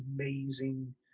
amazing